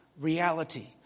reality